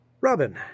Robin